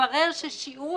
התברר ששיעור